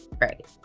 right